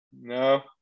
No